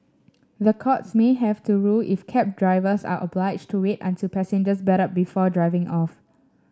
the courts may have to rule if cab drivers are obliged to wait until passengers belt up before driving off